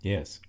Yes